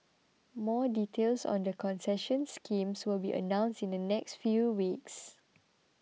more details on the concession schemes will be announced in the next few weeks